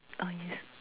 ah yes